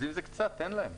אם זה קצת, תן להם.